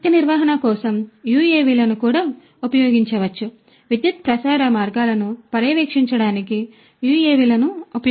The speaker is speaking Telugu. శక్తి నిర్వహణ కోసం UAV లను కూడా ఉపయోగించవచ్చు విద్యుత్ ప్రసార మార్గాలను పర్యవేక్షించడానికి UAV లను ఉపయోగించవచ్చు